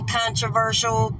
controversial